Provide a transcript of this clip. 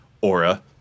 Aura